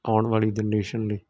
ਆਉਣ ਵਾਲੀ ਜਨਰੇਸ਼ਨ ਲਈ